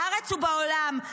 בארץ ובעולם.